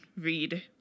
read